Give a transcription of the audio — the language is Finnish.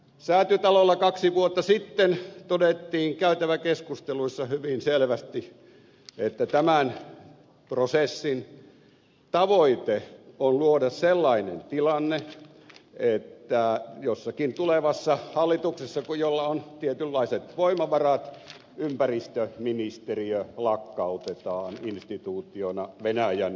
säätytalolla kaksi vuotta sitten todettiin käytäväkeskusteluissa hyvin selvästi että tämän prosessin tavoite on luoda sellainen tilanne että jossakin tulevassa hallituksessa jolla on tietynlaiset voimavarat ympäristöministeriö lakkautetaan instituutiona venäjän mallin mukaisesti